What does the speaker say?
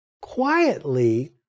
quietly